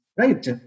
right